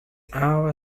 our